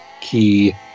key